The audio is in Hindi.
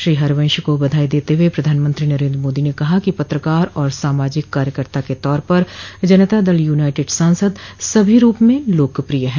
श्री हरिवंश को बधाई देते हुए प्रधानमंत्री नरेंद्र मोदी ने कहा कि पत्रकार और सामाजिक कार्यकर्ता के तौर पर जनता दल यूनाइटेड सांसद सभी रूप में लोकप्रिय है